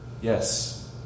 Yes